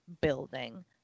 building